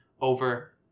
over